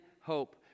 hope